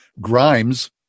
Grimes